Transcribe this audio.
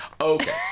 Okay